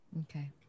Okay